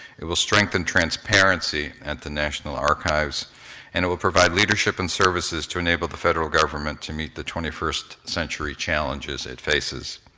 it will strengthen transparency at the national archives and it will provide leadership and services to enable the federal government to meet the twenty first century challenges it faces.